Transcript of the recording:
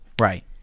Right